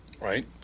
right